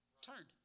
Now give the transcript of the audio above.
Turned